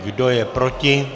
Kdo je proti?